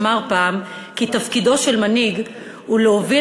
אמר פעם כי תפקידו של מנהיג הוא להוביל